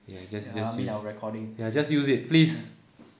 ya ju~ just use just use ya just use it please